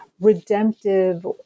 redemptive